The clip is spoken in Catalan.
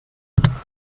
avinença